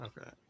Okay